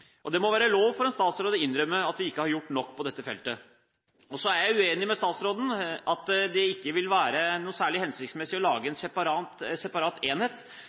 gjengvoldtekter. Det må være lov for en statsråd å innrømme at vi ikke har gjort nok på dette feltet. Så er jeg uenig med statsråden i at det ikke vil være noe særlig hensiktsmessig å lage en separat enhet,